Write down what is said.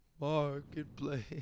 Marketplace